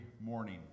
morning